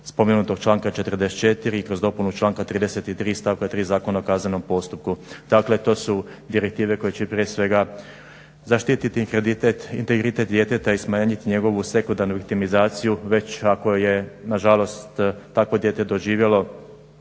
spomenutog članka 44 i kroz dopunu članka 33 stavka 3 Zakona o kaznenom postupku. Dakle to su direktive koje će prije svega zaštiti integritet djeteta i smanjiti njegovu sekundarnu legitimizaciju već ako je nažalost takvo dijete doživjelo